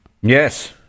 Yes